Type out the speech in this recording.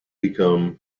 become